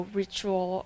ritual